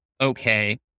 okay